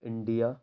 India